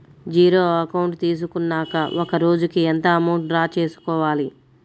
Zero account తీసుకున్నాక ఒక రోజుకి ఎంత అమౌంట్ డ్రా చేసుకోవాలి?